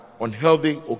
unhealthy